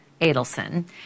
Adelson